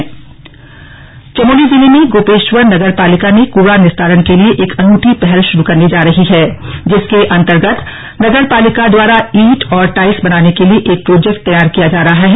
चमोली नगर पालिका चमोली जिले में गोपेश्वर नगर पालिका ने कूड़ा निस्तारण के लिए एक अनूठी पहल शुरू करने जा रही है जिसके अर्न्तगत नगर पालिका द्वारा इंट और टाइल्स बनाने के लिए एक प्रोजेक्ट तैयार किया जा रहा है